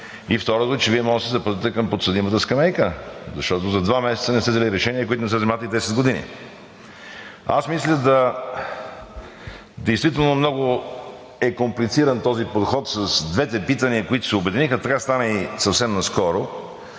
и, второто, че Вие може да се запътите към подсъдимата скамейка, защото за два месеца не сте взели решения, които не са вземани 10 години. Действително много е комплициран този подход с двете питания, които се обединиха. Така стана и съвсем наскоро